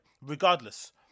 regardless